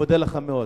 אני מודה לך מאוד.